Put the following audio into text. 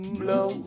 blow